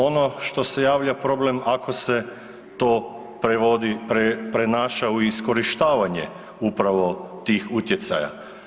Ono što se javlja problem ako se to prevodi, prenaša u iskorištavanje upravo tih utjecaja.